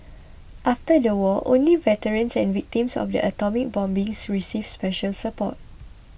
after the war only veterans and victims of the atomic bombings received special support